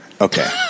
Okay